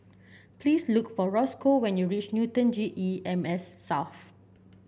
please look for Roscoe when you reach Newton G E M S South